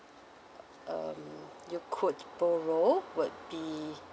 um you could borrow would be